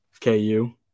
KU